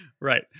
Right